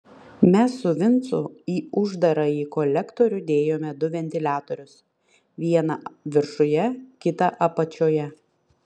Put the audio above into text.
mes su vincu į uždarąjį kolektorių dėjome du ventiliatorius vieną viršuje kitą apačioje